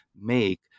make